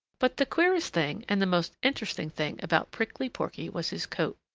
but the queerest thing and the most interesting thing about prickly porky was his coat.